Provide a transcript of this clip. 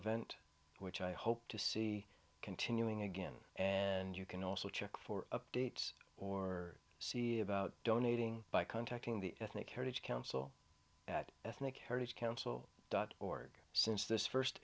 event which i hope to see continuing again and you can also check for updates or see about donating by contacting the ethnic heritage council at ethnic heritage council dot org since this first